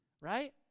right